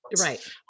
right